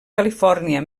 califòrnia